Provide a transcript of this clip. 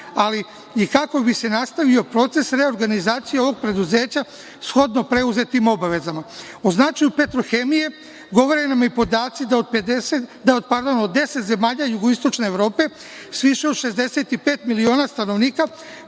ali i kako bi se nastavio proces reorganizacije ovog preduzeća shodno preuzetim obavezama. O značaju „Petrohemije“ govore nam i podaci da od 10 zemalja Jugoistočne Evrope, sa više od 65 miliona stanovnika,